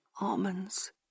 almonds